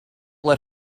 let